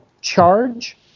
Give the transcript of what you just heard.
charge